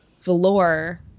velour